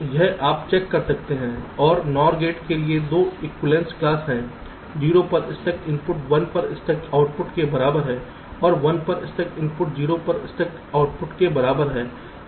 यह आप चेक कर सकते हैं और NOR गेट के लिए 2 एक्विवैलेन्स क्लास हैं 0 पर स्टक इनपुट 1 पर स्टक आउटपुट के बराबर है और 1 पर स्टक इनपुट 0 पर स्टक आउटपुट के बराबर है